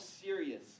serious